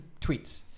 tweets